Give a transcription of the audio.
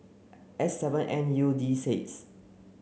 S seven N U D six